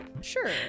Sure